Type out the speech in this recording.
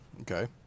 Okay